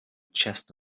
chest